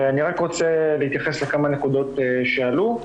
אני רק רוצה להתייחס לכמה נקודות שעלו.